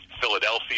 Philadelphia